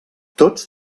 tots